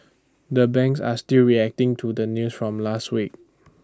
the banks are still reacting to the news from last week